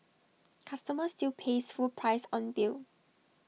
customer still pays full price on bill